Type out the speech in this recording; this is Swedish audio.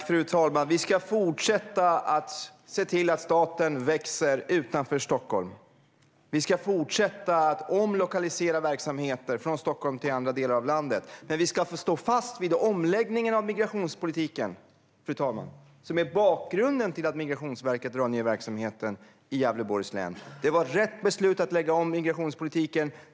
Fru talman! Vi ska fortsätta att se till att staten växer utanför Stockholm och att omlokalisera verksamheter från Stockholm till andra delar av landet. Men vi ska, fru talman, stå fast vid omläggningen av migrationspolitiken, som är bakgrunden till att Migrationsverket drar ned på verksamheten i Gävleborgs län. Det var rätt beslut att lägga om migrationspolitiken.